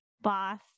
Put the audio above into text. boss